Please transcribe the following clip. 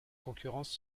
concurrence